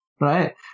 right